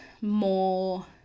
more